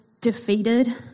defeated